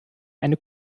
eine